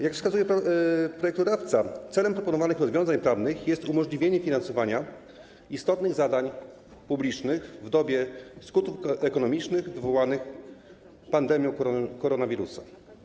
Jak wskazuje projektodawca, celem tych rozwiązań prawnych jest umożliwienie finansowania istotnych zadań publicznych w dobie skutków ekonomicznych wywołanych pandemią koronawirusa.